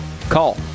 Call